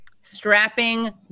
strapping